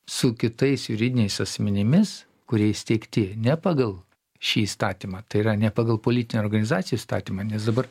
su kitais juridiniais asmenimis kurie įsteigti ne pagal šį įstatymą tai yra ne pagal politinių organizacijų įstatymą nes dabar